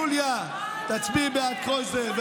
יוליה, תצביעי בעד קרויזר.